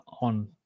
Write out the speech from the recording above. on